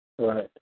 Right